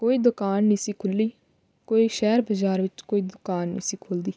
ਕੋਈ ਦੁਕਾਨ ਨਹੀਂ ਸੀ ਖੁੱਲ੍ਹੀ ਕੋਈ ਸ਼ਹਿਰ ਬਾਜ਼ਾਰ ਵਿੱਚ ਕੋਈ ਦੁਕਾਨ ਨਹੀਂ ਸੀ ਖੁੱਲ੍ਹਦੀ